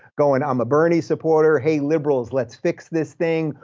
going i'm a bernie supporter, hey liberals, let's fix this thing,